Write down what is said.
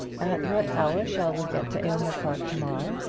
at what hour shall we get to aylmer park to-morrow?